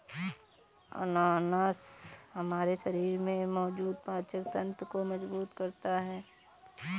अनानास हमारे शरीर में मौजूद पाचन तंत्र को मजबूत करता है